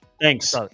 Thanks